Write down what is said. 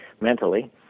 mentally